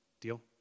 Deal